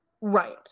Right